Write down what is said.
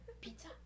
Pizza